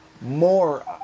more